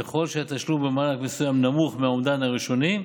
ככל שהתשלום במענק מסוים נמוך מהאומדן הראשוני,